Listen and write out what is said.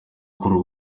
kuri